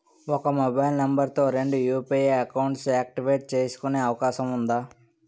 ఒక mobile number తో రెండు యు.పి.ఐ అకౌంట్స్ యాక్టివేట్ చేసుకునే అవకాశం వుందా?